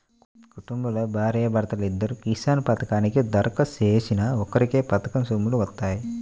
కుటుంబంలో భార్యా భర్తలిద్దరూ కిసాన్ పథకానికి దరఖాస్తు చేసినా ఒక్కరికే పథకం సొమ్ములు వత్తాయి